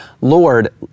Lord